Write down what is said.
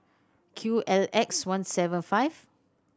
Q L X one seven five